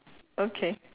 okay